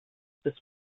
des